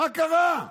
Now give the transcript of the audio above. מה קרה?